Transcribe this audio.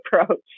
approach